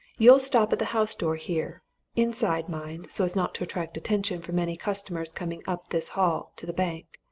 you'll stop at the house-door here inside, mind, so as not to attract attention from any customers coming up this hall to the bank.